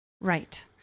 Right